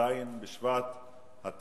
ז' בשבט התשע"א,